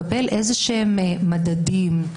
הייתי מאוד רוצה לקבל מדדים,